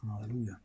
Hallelujah